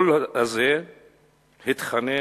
כל הזה התחנן